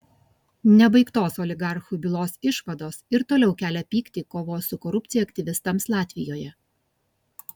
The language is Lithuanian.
nebaigtos oligarchų bylos išvados ir toliau kelia pyktį kovos su korupcija aktyvistams latvijoje